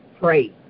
pray